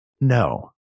No